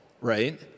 right